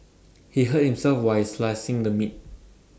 he hurt himself while slicing the meat